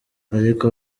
ariko